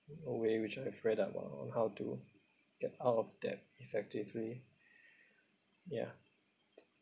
a way which I've read about on how to get out of debt effectively ya